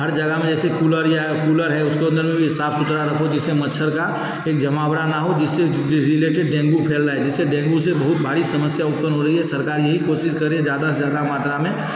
हर जगह में ऐसे कूलर या कूलर है उसको अंदर में भी साफ सुथरा रखो जिससे मच्छर का एक जमावड़ा न हो जिससे रिलेटिड डेंगू फैल रहा है जिससे डेंगू से बहुत भारी समस्या उत्पन्न हो रही है सरकार यही कोशिश कर रही है कि ज़्यादा से ज़्यादा मात्रा में